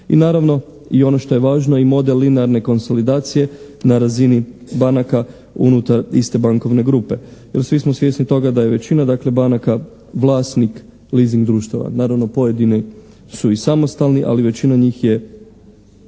I naravno i ono što je važno i model linearne konsolidacije na razini banaka unutar iste bankovne grupe jer svi smo svjesni toga da je većina dakle banaka vlasnik leasing društva, naravno pojedini su i samostalni, ali većina njih je